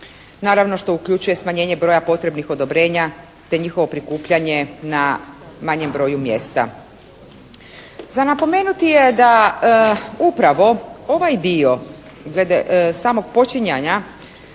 naravno što uključuje smanjenje broja potrebnih odobrenja te njihovo prikupljanje na manjem broju mjesta. Za napomenuti je da upravo ovaj dio glede samog počinjanja